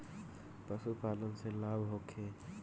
पशु पालन से लाभ होखे?